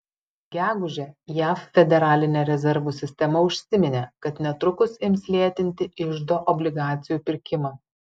gegužę jav federalinė rezervų sistema užsiminė kad netrukus ims lėtinti iždo obligacijų pirkimą